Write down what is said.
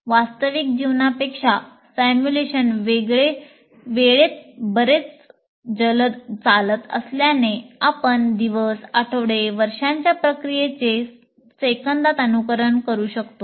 वास्तविक जीवनापेक्षा सिमुलेशन वेळेत बरेच जलद चालत असल्याने आपण दिवस आठवडे वर्षांच्या प्रक्रियेचे सेकंदात अनुकरण करू शकतो